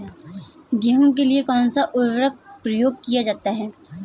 गेहूँ के लिए कौनसा उर्वरक प्रयोग किया जाता है?